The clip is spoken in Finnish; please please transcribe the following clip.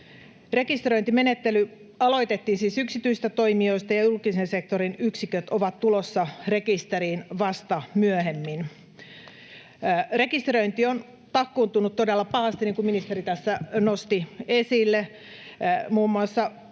Rekisteröintimenettely aloitettiin siis yksityisistä toimijoista, ja julkisen sektorin yksiköt ovat tulossa rekisteriin vasta myöhemmin. Rekisteröinti on takkuuntunut todella pahasti, niin kuin ministeri tässä nosti esille. Muun muassa järjestelmä-